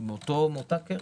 מתוך אותה קרן.